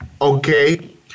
Okay